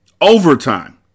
Overtime